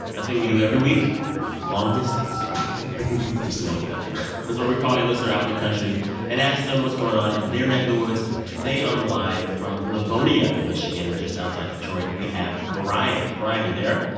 a thing we do every week long distance just a little bit this is where we call a listener out in the country and ask them what's going on in their neck of the woods. today on the line from livonia, mich. just outside detroit we have brian. brian, you there?